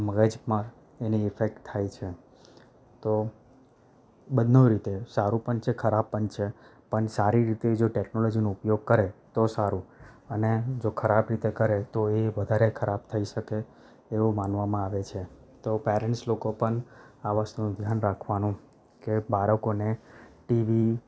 મગજમાં એની ઈફેક્ટ થાય છે તો બંને રીતે સારું પણ છે ખરાબ પણ છે પણ સારી રીતે જો ટેકનોલોજીનો ઉપયોગ કરે તો સારું અને જો ખરાબ રીતે કરે તો એ વધારે ખરાબ થઈ શકે એવું માનવામાં આવે છે તો પેરેન્ટ્સ લોકો પણ આ વસ્તુનું ધ્યાન રાખવાનું કે બાળકોને ટીવી